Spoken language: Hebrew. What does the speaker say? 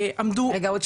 עמדו --- רגע אחד,